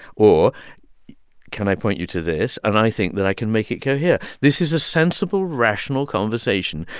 or can i point you to this? and i think that i can make it cohere. this is a sensible, rational conversation.